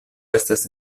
estas